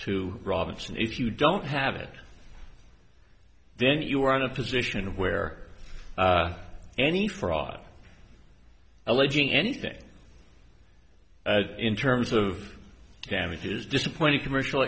to robinson if you don't have it then you are in a position where any fraud alleging anything in terms of damages disappointing commercial